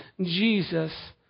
Jesus